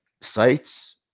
sites